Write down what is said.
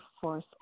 force